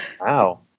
Wow